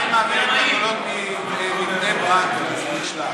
עדיין מעבירים את הקולות מבני-ברק.